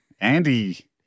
Andy